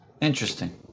Interesting